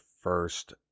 first